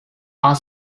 are